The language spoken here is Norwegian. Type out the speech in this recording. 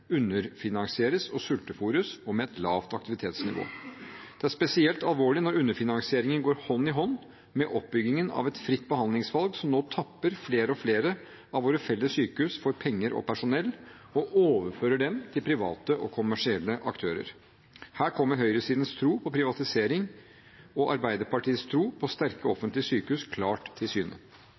underfinansieres og sultefôres – og med et lavt aktivitetsnivå. Det er spesielt alvorlig når underfinansieringen går hånd i hånd med oppbyggingen av et fritt behandlingsvalg som nå tapper flere og flere av våre felles sykehus for penger og personell, og overfører dem til private og kommersielle aktører. Her kommer høyresidens tro på privatisering og Arbeiderpartiets tro på sterke offentlige sykehus klart til syne.